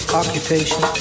occupation